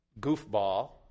goofball